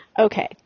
Okay